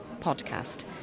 Podcast